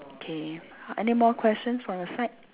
okay any more questions from your side